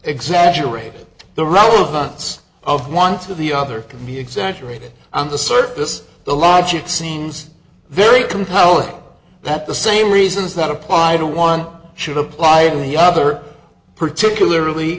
exaggerate the relevance of one to the other can be exaggerated on the surface the logic seems very compelling that the same reasons that applied to one should apply the other particularly